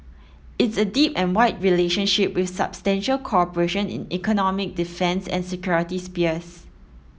it's a deep and wide relationship with substantial cooperation in economic defence and security spheres